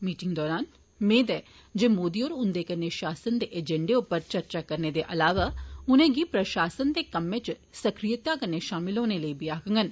meeting दौरान मेद ऐ जे मोदी होर उन्दे कन्नै शासन दे एजेंडे पर चर्चा करने दे इलावा उनेंगी प्रशासन दे कम्मै च सक्रियता कन्नै शामल होने लेई आक्खगंन